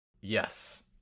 Yes